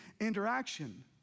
interaction